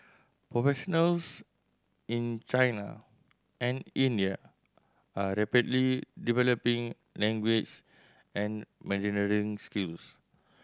professionals in China and India are rapidly developing language and managerial skills